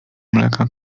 mleka